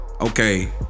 Okay